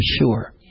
sure